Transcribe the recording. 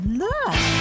look